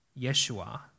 Yeshua